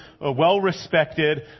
well-respected